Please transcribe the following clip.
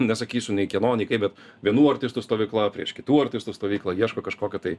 nesakysiu nei kieno nei kaip bet vienų artistų stovykla prieš kitų artistų stovyklą ieško kažkokio tai